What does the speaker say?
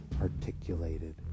articulated